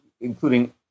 including